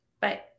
Bye